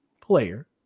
player